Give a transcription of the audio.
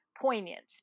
poignant